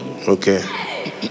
Okay